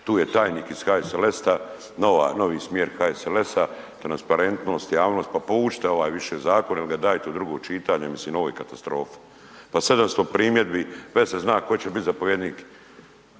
tu je tajnik iz HSLS-a, nova, novi smjer HSLS-a, transparentnost, javnost, pa povučite ovaj više zakon il ga dajte u drugo čitanje, mislim ovo je katastrofa, pa 700 primjedbi, već se zna ko će bit zapovjednik,